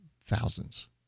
thousands